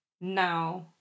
Now